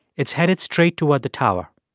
it's headed straight toward the tower.